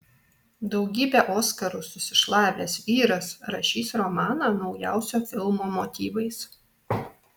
daugybę oskarų susišlavęs vyras rašys romaną naujausio filmo motyvais